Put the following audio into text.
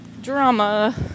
drama